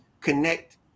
connect